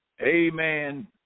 Amen